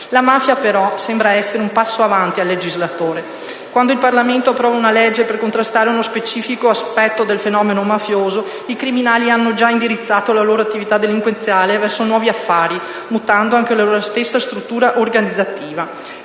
La mafia però sembra essere un passo avanti al legislatore. Quando il Parlamento approva una legge per contrastare uno specifico aspetto del fenomeno mafioso, i criminali hanno già indirizzato la loro attività delinquenziale verso nuovi affari, mutando anche la loro stessa struttura organizzativa.